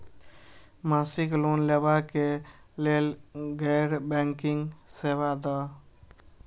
मासिक लोन लैवा कै लैल गैर बैंकिंग सेवा द?